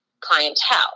clientele